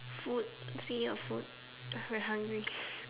food speaking of food uh very hungry